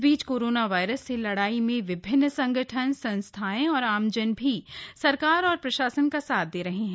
इस बीच corona virus से लड़ाई में विभिन्न संगठन संस्थाएं और आमजन भी सरकार और प्रशासन का साथ दे रही हैं